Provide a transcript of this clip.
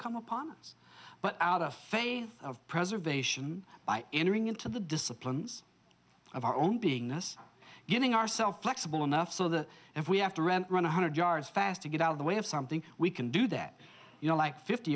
come upon us but out of faith of preservation by entering into the disciplines of our own beingness giving ourselves flexible enough so that if we have to rent run a hundred yards fast to get out of the way of something we can do that you know like fifty